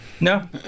no